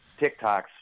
TikToks